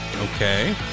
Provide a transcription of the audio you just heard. Okay